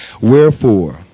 Wherefore